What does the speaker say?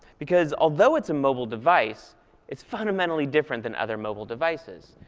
because although it's a mobile device, it's fundamentally different than other mobile devices.